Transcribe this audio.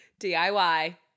DIY